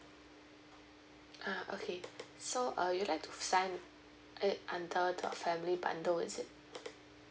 uh okay so uh you like to sign it under the family bundle is it